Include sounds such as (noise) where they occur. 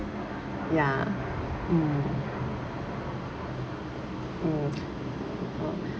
ya mm mm (noise)